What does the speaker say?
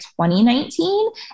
2019